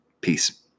Peace